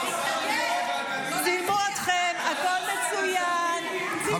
צילמו אתכם, הכול מצוין, עכשיו תקשיבו.